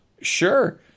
sure